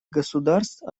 государств